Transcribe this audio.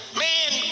man